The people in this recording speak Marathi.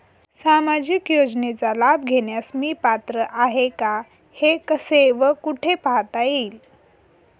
सामाजिक योजनेचा लाभ घेण्यास मी पात्र आहे का हे कसे व कुठे पाहता येईल?